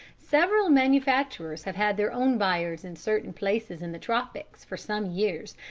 several manufacturers have had their own buyers in certain places in the tropics for some years,